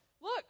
Look